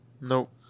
Nope